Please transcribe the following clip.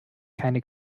keine